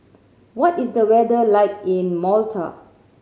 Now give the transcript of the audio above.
what is the weather like in Malta